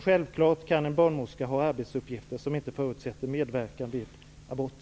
Självfallet kan en barnmorska ha arbetsuppgifter som inte förutsätter medverkan vid abort.